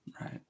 Right